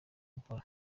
mukora